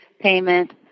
payment